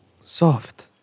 soft